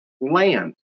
land